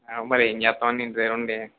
మరి ఏం చేత్తం అండి ఇంటి దగ్గర ఉండి